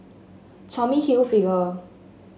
Tommy Hilfiger